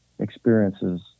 experiences